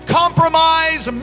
compromise